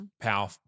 power